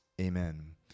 Amen